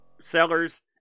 sellers